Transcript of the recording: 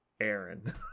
Aaron